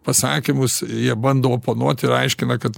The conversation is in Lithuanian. pasakymus jie bando oponuot ir aiškina kad